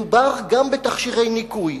מדובר גם בתכשירי ניקוי,